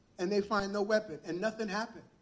and they find no weapon, and nothing happened.